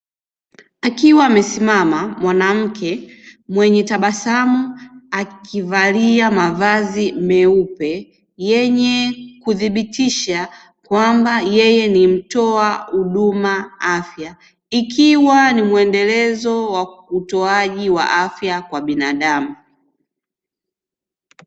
Akiwa amesimama, mwanamke mwenye tabasamu akivalia mavazi meupe yenye kuthibitisha kuwa yeye ni mtoa huduma ya afya, ikiwa ni mwendelezo wa utoaji wa afya kwa binadamu.